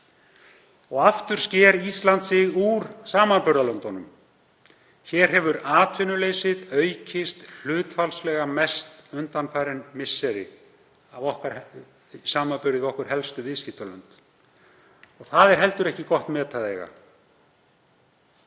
Aftur sker Ísland sig úr samanburðarlöndunum. Hér hefur atvinnuleysið aukist hlutfallslega mest undanfarin misseri í samanburði við okkar helstu viðskiptalönd. Það er heldur ekki gott met að eiga.